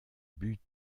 buts